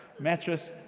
mattress